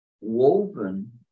woven